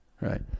Right